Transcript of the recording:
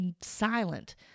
silent